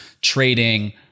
trading